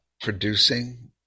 producing